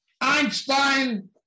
Einstein